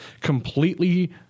completely